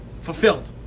fulfilled